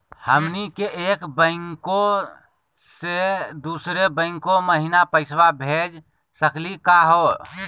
हमनी के एक बैंको स दुसरो बैंको महिना पैसवा भेज सकली का हो?